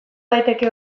daiteke